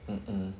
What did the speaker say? mm mm